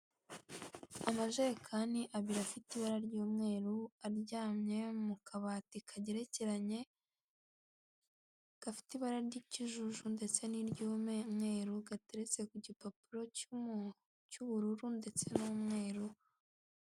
Amajerekani abiri afite ibara ry'umweru, aryamye mu kabati kagerekeranye gafite ibara ry'ikijuju ndetse niry'umweru, gateretse ku gipapuro cy'ubururu ndetse n'umweru.